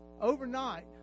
Overnight